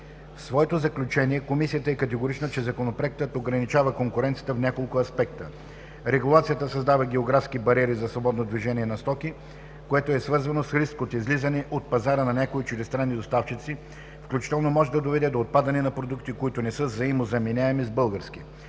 В своето заключение Комисията е категорична, че Законопроектът ограничава конкуренцията в няколко аспекта. Регулацията създава географски бариери за свободно движение на стоки, което е свързано с риск от излизане от пазара на някои чуждестранни доставчици, включително може да доведе до отпадане на продукти, които не са взаимозаменяеми с български.